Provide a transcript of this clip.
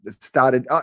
started